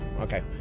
Okay